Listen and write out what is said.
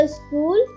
school